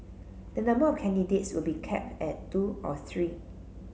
the number of candidates will be capped at two or three